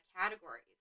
categories